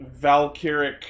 Valkyric